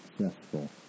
successful